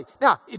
Now